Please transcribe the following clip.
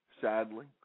sadly